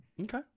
Okay